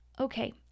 Okay